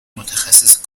متخصص